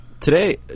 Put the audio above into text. today